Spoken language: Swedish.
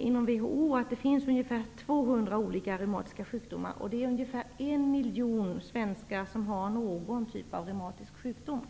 Inom WHO räknar man med att det finns ungefär 200 olika reumatiska sjukdomar. Det är ungefär en miljon svenskar som har någon typ av reumatisk sjukdom.